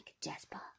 Jasper